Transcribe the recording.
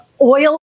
oil